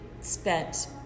spent